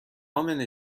امنه